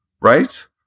right